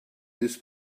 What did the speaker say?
this